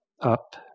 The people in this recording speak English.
up